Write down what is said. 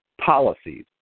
policies